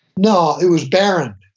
no, it was barren.